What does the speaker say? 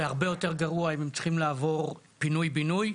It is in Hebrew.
זה הרבה יותר גרוע אם הם צריכים לעבור פינוי בינוי.